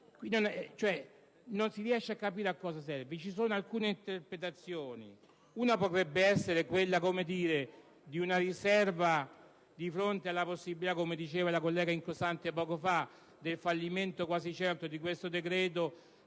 Non si riesce a capire a cosa serva. Ci sono alcune interpretazioni: una potrebbe essere quella, di fronte alla possibilità - come diceva la collega Incostante poco fa - del fallimento quasi certo di questo decreto,